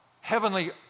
heavenly